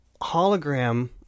Hologram